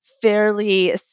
fairly